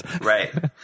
Right